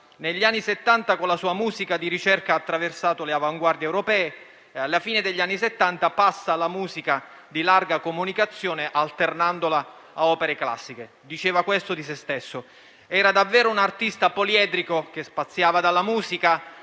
Negli anni Settanta, con la sua musica di ricerca, ha attraversato le avanguardie europee e alla fine degli anni Settanta è passato alla musica di larga comunicazione, alternandola a opere classiche. Diceva questo di se stesso. Era un artista davvero poliedrico, che spaziava dalla musica,